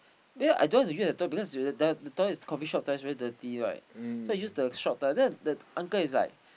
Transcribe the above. then I just use the toilet cause the the there the toilet coffee shop toilet is very dirty right so I use the shop toilet then the the uncle is like